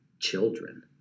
children